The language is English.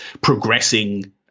progressing